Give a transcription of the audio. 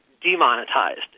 demonetized